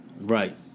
Right